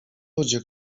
ludzie